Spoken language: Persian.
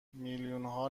میلیونها